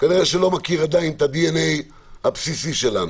כנראה שהוא עדיין לא מכיר את ה-DNA הבסיסי שלנו.